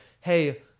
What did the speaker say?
hey